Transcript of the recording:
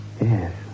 yes